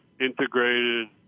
integrated